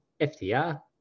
fdr